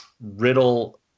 Riddle